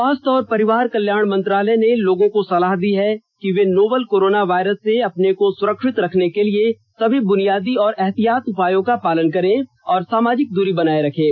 स्वास्थ्य और परिवार कल्याण मंत्रालय ने लोगों को सलाह दी है कि वे नोवल कोरोना वायरस से अपने को सुरक्षित रखने के लिए सभी बुनियादी एहतियाती उपायों का पालन करें और सामाजिक दूरी बनाए रखें